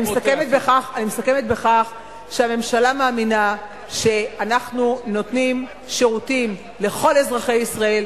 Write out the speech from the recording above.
אני מסכמת בכך שהממשלה מאמינה שאנחנו נותנים שירותים לכל אזרחי ישראל,